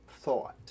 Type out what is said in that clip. thought